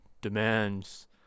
demands